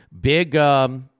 Big